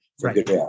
Right